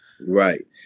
Right